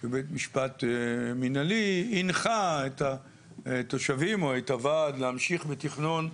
כבית משפט מינהלי הנחה את התושבים או את הוועד להמשיך בתכנון,